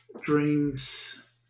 Dreams